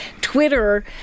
Twitter